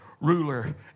ruler